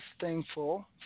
thankful